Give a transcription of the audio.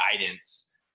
guidance